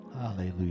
hallelujah